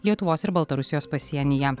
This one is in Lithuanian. lietuvos ir baltarusijos pasienyje